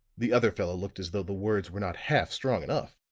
the other fellow looked as though the words were not half strong enough.